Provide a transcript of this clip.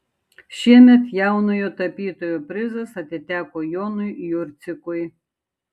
šiemet jaunojo tapytojo prizas atiteko jonui jurcikui